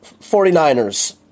49ers